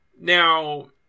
Now